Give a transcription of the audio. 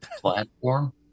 platform